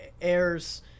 airs